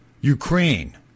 Ukraine